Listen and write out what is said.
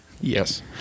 Yes